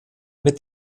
mit